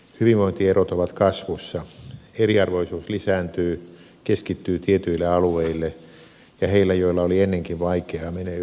hyvinvointierot ovat kasvussa eriarvoisuus lisääntyy keskittyy tietyille alueille ja heillä joilla oli ennenkin vaikeaa menee yhä huonommin